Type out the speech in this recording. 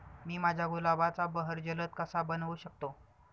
मी माझ्या गुलाबाचा बहर जलद कसा बनवू शकतो?